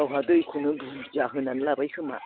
गावहा दैखौनो बुरजा होनानै लाबाय खोमा